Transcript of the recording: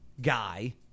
guy